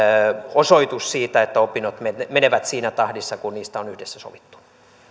osoitus siitä että opinnot menevät siinä tahdissa kuin on yhdessä sovittu